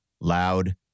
loud